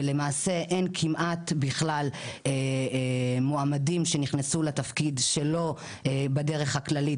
ולמעשה אין כמעט בכלל מועמדים שנכנסו לתפקיד שלו בדרך הכללית,